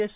S